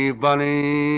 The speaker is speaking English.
bunny